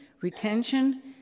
retention